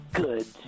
good